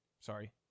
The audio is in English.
Sorry